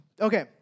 Okay